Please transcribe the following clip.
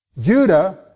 Judah